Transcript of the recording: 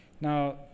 Now